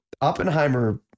Oppenheimer